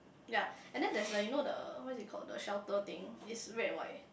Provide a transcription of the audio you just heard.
ya and then there's the you know the what is it called the shelter thing is red white